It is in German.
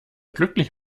glücklich